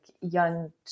young